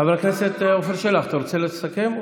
חבר הכנסת עופר שלח, אתה רוצה לסכם?